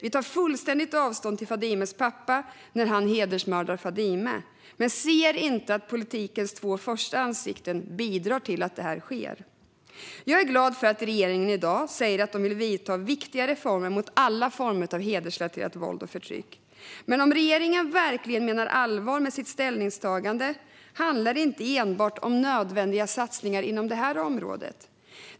Vi tar fullständigt avstånd från Fadimes pappa när han hedersmördar Fadime men ser inte att politikens två första ansikten bidrar till att detta sker. Jag är glad för att regeringen i dag säger att den vill genomföra viktiga reformer mot alla former av hedersrelaterat våld och förtryck. Men om regeringen verkligen menar allvar med sitt ställningstagande handlar det inte enbart om nödvändiga satsningar inom detta område.